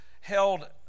held